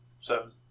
Seven